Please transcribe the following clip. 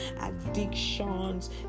addictions